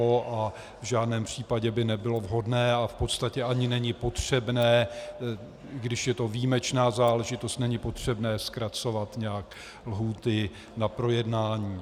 V žádném případě by nebylo vhodné a v podstatě ani není potřebné, i když je to výjimečná záležitost, není potřebné zkracovat nějak lhůty na projednání.